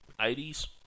80s